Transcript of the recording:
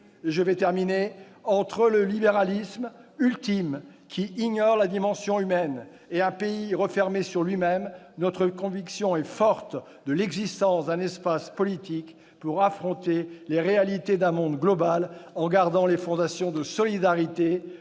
la pauvreté. Entre le libéralisme ultime, qui ignore la dimension humaine, et un pays refermé sur lui-même, nous croyons fortement qu'il existe un espace politique pour affronter les réalités d'un monde global, en gardant les fondations de solidarité,